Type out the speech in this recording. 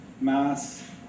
mass